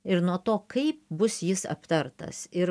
ir nuo to kaip bus jis aptartas ir